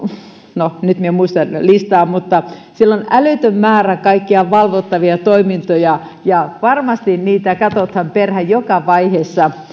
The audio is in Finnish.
no nyt en muista listaa mutta siellä on älytön määrä kaikkia valvottavia toimintoja ja varmasti niitä katsotaan perään joka vaiheessa